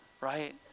right